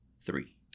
three